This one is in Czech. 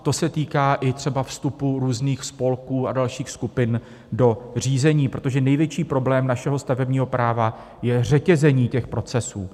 To se týká i třeba vstupu různých spolků a dalších skupin do řízení, protože největší problém našeho stavebního práva je řetězení těch procesů.